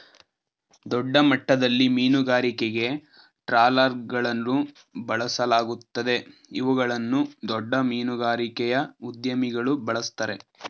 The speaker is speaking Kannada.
ದೊಡ್ಡಮಟ್ಟದಲ್ಲಿ ಮೀನುಗಾರಿಕೆಗೆ ಟ್ರಾಲರ್ಗಳನ್ನು ಬಳಸಲಾಗುತ್ತದೆ ಇವುಗಳನ್ನು ದೊಡ್ಡ ಮೀನುಗಾರಿಕೆಯ ಉದ್ಯಮಿಗಳು ಬಳ್ಸತ್ತರೆ